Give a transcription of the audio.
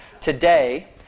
today